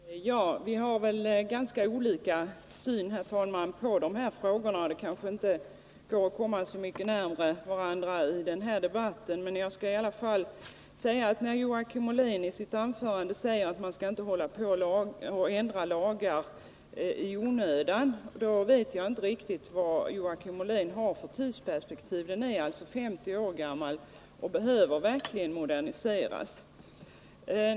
Herr talman! Vi har väl ganska olika syn på dessa frågor, och vi kan kanske inte komma varandra så mycket närmare i denna debatt. Men jag vill ändå säga att jag, när Joakim Ollén säger att man inte skall ändra lagar i onödan, inte riktigt vet vilket tidsperspektiv han har. Lagen är 50 år gammal och behöver verkligen moderniseras.